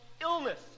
illness